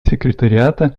секретариата